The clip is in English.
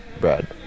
Brad